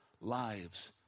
lives